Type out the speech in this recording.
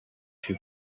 two